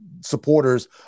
supporters